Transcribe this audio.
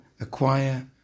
acquire